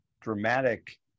dramatic